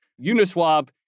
Uniswap